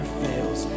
fails